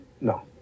No